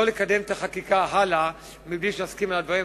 לא לקדם את החקיקה מבלי שנסכים לדברים.